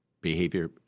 behavior